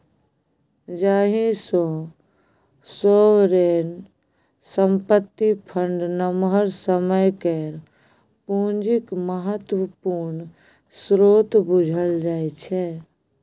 जाहि सँ सोवरेन संपत्ति फंड नमहर समय केर पुंजीक महत्वपूर्ण स्रोत बुझल जाइ छै